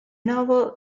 novel